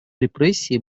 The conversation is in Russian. репрессии